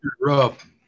rough